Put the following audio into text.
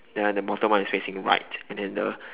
ya the bottom one is facing right and then the